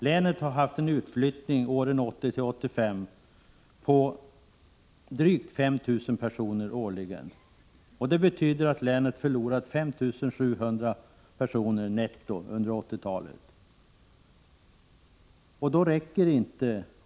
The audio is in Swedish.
Länet har haft en utflyttning på drygt 5 000 årligen under åren 1980-1985. Det betyder att länet har förlorat 5 700 personer netto under 1980-talet.